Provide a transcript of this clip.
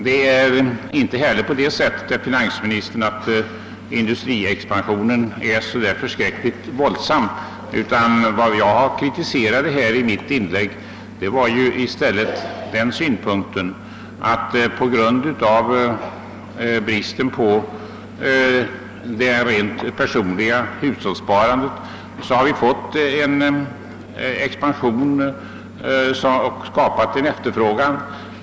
Det är inte heller på det sättet, herr finansminister, att industriexpansionen är så förskräckligt våldsam, utan vad jag kritiserade i mitt inlägg var i stället synpunkten, att vi på grund av bristen på personligt hushållssparande har fått en expansion och skapat en efterfrågan.